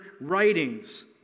writings